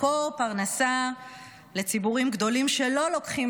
מקור פרנסה לציבורים גדולים שלא לוקחים